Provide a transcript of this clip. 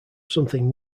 something